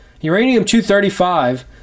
Uranium-235